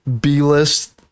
B-list